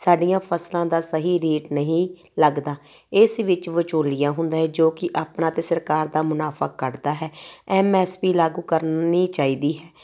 ਸਾਡੀਆਂ ਫਸਲਾਂ ਦਾ ਸਹੀ ਰੇਟ ਨਹੀਂ ਲੱਗਦਾ ਇਸ ਵਿੱਚ ਵਿਚੋਲੀਆ ਹੁੰਦਾ ਹੈ ਜੋ ਕਿ ਆਪਣਾ ਅਤੇ ਸਰਕਾਰ ਦਾ ਮੁਨਾਫਾ ਕੱਢਦਾ ਹੈ ਐਮ ਐਸ ਪੀ ਲਾਗੂ ਕਰਨੀ ਚਾਹੀਦੀ ਹੈ